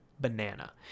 banana